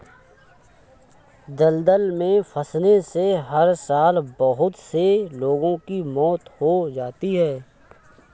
दलदल में फंसने से हर साल बहुत से लोगों की मौत हो जाती है